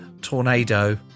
tornado